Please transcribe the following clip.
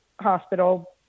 hospital